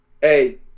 Hey